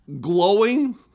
glowing